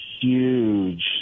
huge